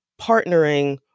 partnering